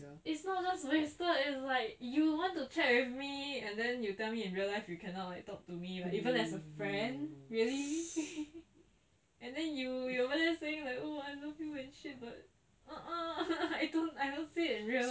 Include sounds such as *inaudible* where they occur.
it's not just wasted it's like you want to chat with me and then you tell me in real life you cannot like talk to me like even as a friend really *laughs* and then you over there saying oh I love you and shit but !oho! *laughs* I don't I don't see in real life